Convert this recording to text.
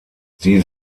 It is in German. sie